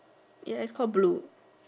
ya is called blue